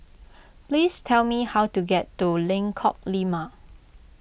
please tell me how to get to Lengkok Lima